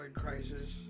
crisis